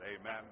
Amen